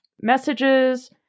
messages